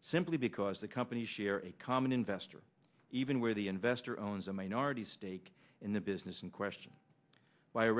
simply because the company's share a common investor even where the investor owns a minority stake in the business in question by a